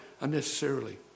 unnecessarily